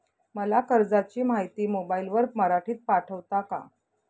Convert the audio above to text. मला कर्जाची माहिती मोबाईलवर मराठीत पाठवता का?